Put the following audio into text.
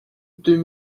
deux